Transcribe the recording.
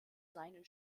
seinen